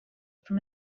from